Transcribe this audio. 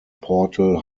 portal